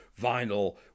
vinyl